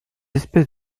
espèces